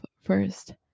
first